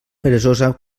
peresosa